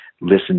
listen